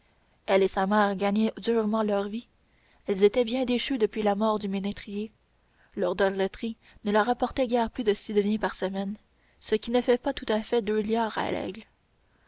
et sa mère gagnaient durement leur vie elles étaient bien déchues depuis la mort du ménétrier leur doreloterie ne leur rapportait guère plus de six deniers par semaine ce qui ne fait pas tout à fait deux liards à laigle où